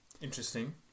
Interesting